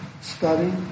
study